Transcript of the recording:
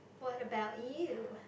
what about you